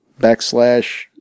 backslash